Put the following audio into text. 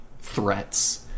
threats